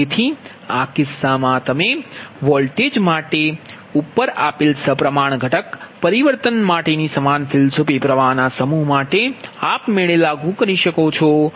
તેથી આ કિસ્સામાં તમે વોલ્ટેજ માટે ઉપર આપેલ સપ્રમાણ ઘટક પરિવર્તન માટેની સમાન ફિલસૂફી પ્ર્વાહ ના સમૂહ માટે આપમેળે લાગુ કરી શકાય છે